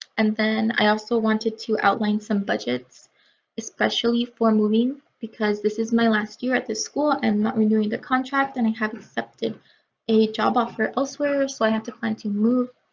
and then i also wanted to outline some budgets especially for moving because this is my last year at the school i'm and not renewing the contract and i have accepted a job offer elsewhere so i have to plan to move.